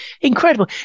incredible